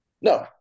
No